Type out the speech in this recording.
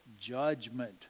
judgment